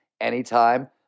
anytime